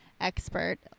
expert